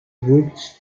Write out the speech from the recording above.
woods